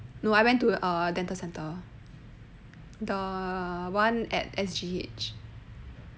no I went to err dental centre the one at S_G_H